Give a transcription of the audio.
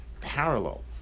parallel